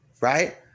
right